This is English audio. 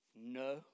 No